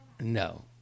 No